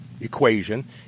equation